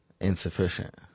Insufficient